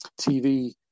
TV